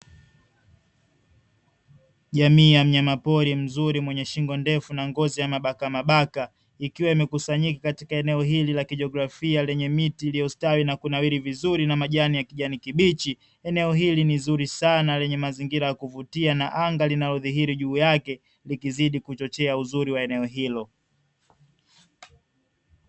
Jamii ya mnyama pori mzuri mwenye shingo ndefu na ngozi ya mabakamabaka ikiwa imekusanyika katika eneo hili la kijografia, lenye miti iliyostawi na kunawiri vizuri na majani ya kijani kibichi. Eneo hili ni nzuri sana lenye mazingira ya kuvutia na anga linalodhihiri juu yake ikizidi kuchochea uzuri wa eneo hilo.